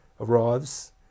arrives